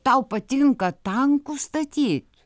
tau patinka tankus statyt